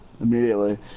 immediately